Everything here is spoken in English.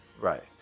Right